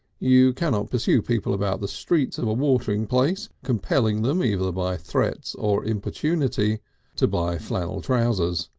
you cannot pursue people about the streets of a watering place, compelling them either by threats or importunity to buy flannel trousers.